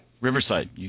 Riverside